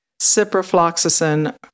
ciprofloxacin